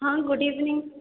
ହଁ good evening